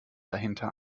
dahinter